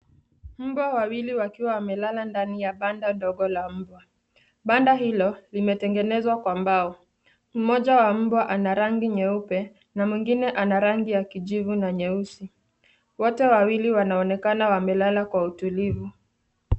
Mbwa wawili wakiwa wamelala ndani ya banda ndogo la mbwa, banda hilo limetengenezwa kwa mbao. Mmoja wa mbwa ana rangi nyeupe na mwingine ana rangi ya kijivu na nyeusi, wote wawili wanaonekana wamelala kwa utulivu.